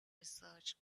research